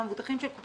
בסדר.